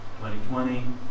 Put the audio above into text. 2020